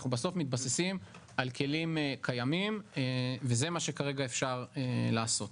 אנחנו בסוף מתבססים על כלים קיימים וזה מה שכרגע אפשר לעשות.